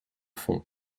fond